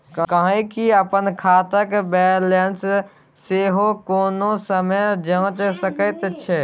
गहिंकी अपन खातक बैलेंस सेहो कोनो समय जांचि सकैत छै